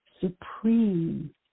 supreme